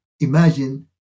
Imagine